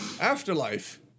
Afterlife